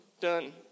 Done